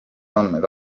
andmed